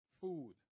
food